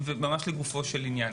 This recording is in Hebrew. לגופו של עניין,